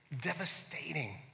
devastating